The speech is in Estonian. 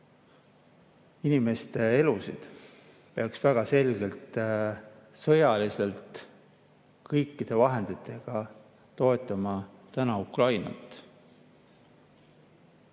inimeste elusid, peaks väga selgelt sõjaliselt kõikide vahenditega toetama Ukrainat.